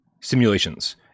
simulations